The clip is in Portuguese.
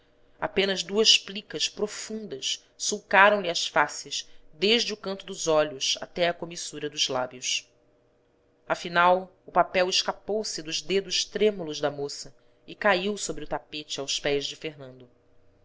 apenas duas plicas profundas sulcaram lhe as faces desde o canto dos olhos até à comissura dos lábios afinal o papel escapou se dos dedos trêmulos da moça e caiu sobre o tapete aos pés de fernando